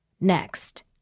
Next